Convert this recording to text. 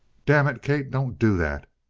damn it, kate, don't do that!